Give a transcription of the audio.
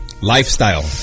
Lifestyle